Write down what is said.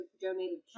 donated